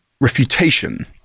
refutation